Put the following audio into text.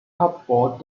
cupboard